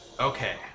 Okay